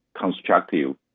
constructive